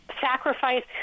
sacrifice